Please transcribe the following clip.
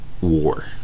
war